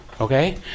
Okay